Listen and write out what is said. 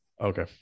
Okay